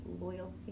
Loyal